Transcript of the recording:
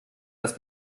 das